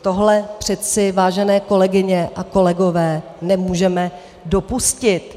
Tohle přece, vážené kolegyně a kolegové, nemůžeme dopustit.